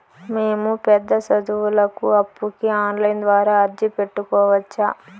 మేము పెద్ద సదువులకు అప్పుకి ఆన్లైన్ ద్వారా అర్జీ పెట్టుకోవచ్చా?